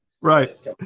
Right